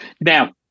Now